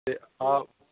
ਅਤੇ ਆਹ